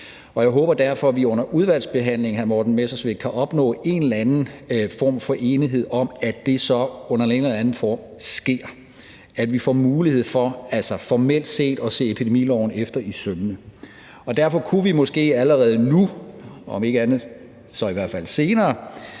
Jeg håber derfor, at vi under udvalgsbehandlingen, hr. Morten Messerschmidt, kan opnå en eller anden form for enighed om, at det så under den ene eller anden form sker, at vi får mulighed for – altså formelt set – at se epidemiloven efter i sømmene. Derfor kunne vi måske allerede nu – om ikke andet så i hvert fald senere